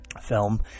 film